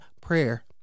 prayer